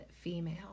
female